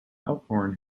elkhorn